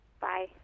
Bye